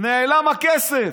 נעלם הכסף.